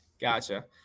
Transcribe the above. Gotcha